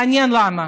מעניין למה.